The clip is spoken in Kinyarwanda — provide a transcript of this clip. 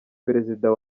perezida